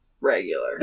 regular